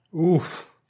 Oof